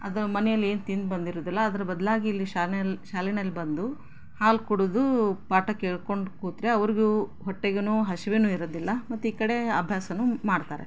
ಅದು ಮನೇಲಿ ಏನು ತಿಂದು ಬಂದಿರೋದಿಲ್ಲ ಅದ್ರ ಬದಲಾಗಿ ಇಲ್ಲಿ ಶಾಲೆಯಲ್ಲಿ ಶಾಲೆಯಲ್ ಬಂದು ಹಾಲು ಕುಡಿದು ಪಾಠ ಕೇಳಿಕೊಂಡು ಕೂತರೆ ಅವರಿಗೂ ಹೊಟ್ಟೆಗು ಹಸಿವೆ ಇರೋದಿಲ್ಲ ಮತ್ತೆ ಈ ಕಡೆ ಅಭ್ಯಾಸವೂ ಮಾಡ್ತಾರೆ